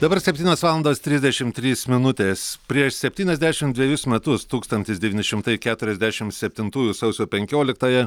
dabar septynios valandos trisdešim trys minutės prieš septyniasdešim dvejus metus tūkstantis devyni šimtai keturiasdešim septintųjų sausio penkioliktąją